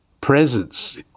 presence